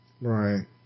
Right